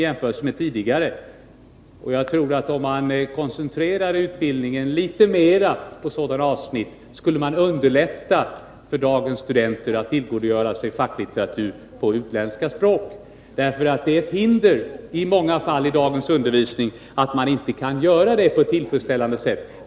Jag tror att om man koncentrerade utbildningen litet mera på sådana avsnitt skulle man underlätta för dagens studenter att tillgodogöra sig facklitteratur på utländska språk. Det är nämligen ett hinder i många fall i dagens undervisning att studenterna inte, kan göra det på ett tillfredsställande sätt.